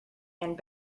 and